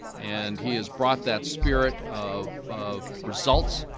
and he has brought that spirit of of results,